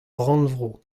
rannvro